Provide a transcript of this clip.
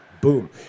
Boom